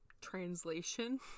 translation